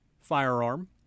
firearm